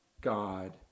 God